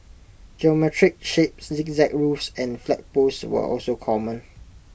geometric shapes zigzag roofs and flagpoles were also common